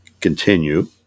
continue